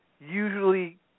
usually